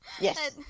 Yes